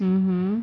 mmhmm